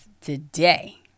today